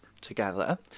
together